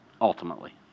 Ultimately